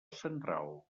central